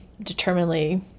determinedly